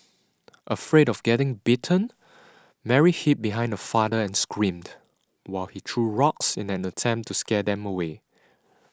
afraid of getting bitten Mary hid behind her father and screamed while he threw rocks in an attempt to scare them away